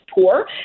poor